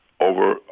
over